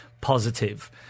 positive